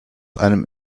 einem